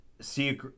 see